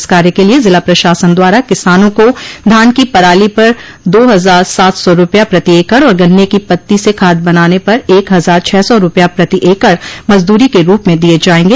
इस कार्य के लिए जिला प्रशासन द्वारा किसानों को धान की पराली पर दो हजार सात सौ रूपया प्रति एकड़ और गन्ने की पत्ती से खाद बनाने पर एक हजार छह सौ रूपया प्रति एकड़ मजदूरी के रूप में दिये जायेंगे